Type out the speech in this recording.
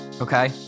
okay